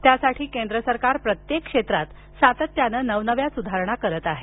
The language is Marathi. त्यासाठी केंद्र सरकार प्रत्येक क्षेत्रात सातत्यानं नवनव्या सुधारणा करीत आहे